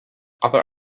other